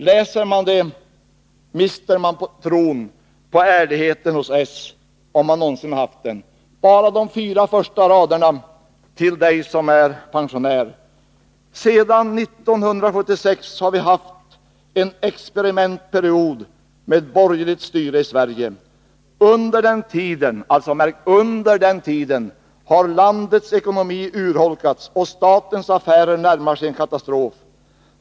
Läser man vad som står där mister man tron på ärligheten hos socialdemokraterna, om man nu någonsin haft någon tro på dem. Jag skall bara citera de fyra första raderna: Sedan 1976 har vi haft en experimentperiod med borgerligt styre i Sverige. Under den tiden” — lägg märke till det — ”har landets ekonomi urholkats och statens affärer närmar sig en katastrof.